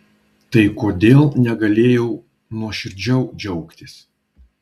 tai kodėl negalėjau nuoširdžiau džiaugtis